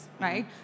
right